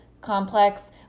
complex